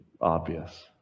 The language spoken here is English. obvious